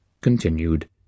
CONTINUED